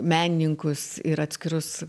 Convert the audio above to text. menininkus ir atskirus